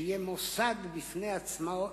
שיהיה מוסד בפני עצמו,